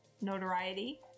notoriety